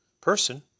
person